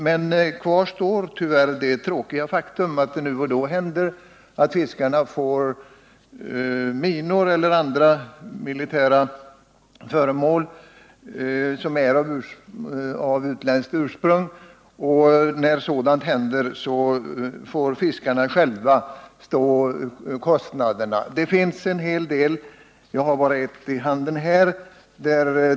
Men kvar står tyvärr det tråkiga faktum att det då och då händer att fiskarna får minor eller andra militära föremål av utländskt ursprung i sina redskap. När sådant händer får fiskarna själva stå för kostnaderna. Man kan anföra en hel del exempel. I handen har jag en redogörelse för ett fall.